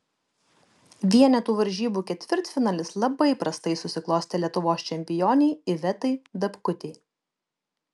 vienetų varžybų ketvirtfinalis labai prastai susiklostė lietuvos čempionei ivetai dapkutei